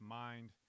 mind